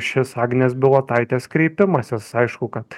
šis agnės bilotaitės kreipimasis aišku kad